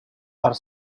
are